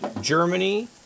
Germany